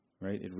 right